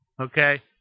okay